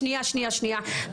שנייה, שנייה, שנייה.